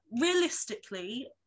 realistically